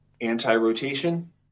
anti-rotation